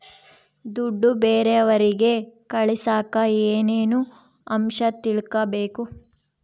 ದುಡ್ಡು ಬೇರೆಯವರಿಗೆ ಕಳಸಾಕ ಏನೇನು ಅಂಶ ತಿಳಕಬೇಕು?